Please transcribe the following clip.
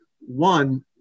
One